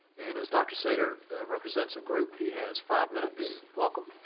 and as dr. seder represents a group he has five minutes. welcome.